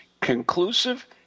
conclusive